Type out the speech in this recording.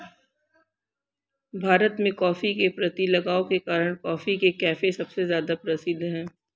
भारत में, कॉफ़ी के प्रति लगाव के कारण, कॉफी के कैफ़े सबसे ज्यादा प्रसिद्ध है